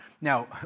Now